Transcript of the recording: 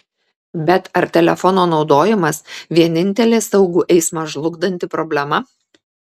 bet ar telefono naudojimas vienintelė saugų eismą žlugdanti problema